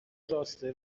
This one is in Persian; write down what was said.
راسته